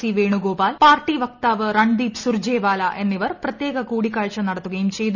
C Venugopal പാർട്ടി വക്താവ് രൺദീപ് സൂർജേവാല എന്നിവർ പ്രത്യേക കൂടിക്കാഴ്ച നടത്തുകയും ചെയ്തു